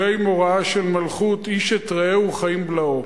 מוראה של מלכות איש את רעהו חיים בלעו".